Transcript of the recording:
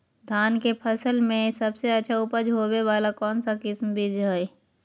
धान के फसल में सबसे अच्छा उपज होबे वाला कौन किस्म के बीज हय?